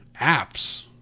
apps